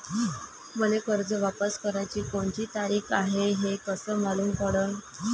मले कर्ज वापस कराची कोनची तारीख हाय हे कस मालूम पडनं?